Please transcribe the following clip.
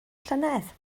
llynedd